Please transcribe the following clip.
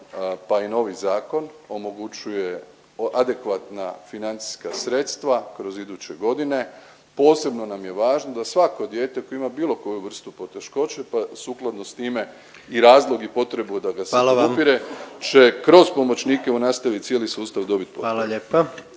pa i novi zakon omogućuje adekvatna financijska sredstva kroz iduće godine. Posebno nam je važno da svako dijete koje ima bilo koju vrstu poteškoće pa sukladno s time i razlog i potrebu da ga se podupire …/Upadica predsjednik: Hvala vam./… će kroz pomoćnike u nastavi cijeli sustav dobiti potpore.